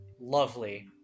lovely